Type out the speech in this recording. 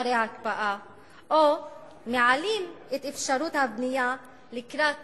אחרי ההקפאה או מעלים את אפשרות הבנייה לקראת